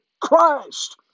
Christ